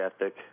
ethic